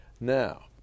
Now